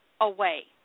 away